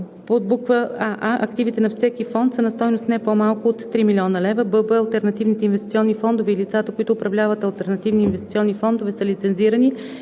че: аа) активите на всеки фонд са на стойност, не по-малка от 3 000 000 лв.; бб) алтернативните инвестиционни фондове и лицата, които управляват алтернативни инвестиционни фондове, са лицензирани